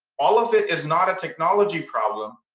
all of it is not a technology problem.